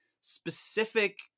specific